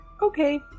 okay